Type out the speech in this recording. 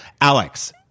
Alex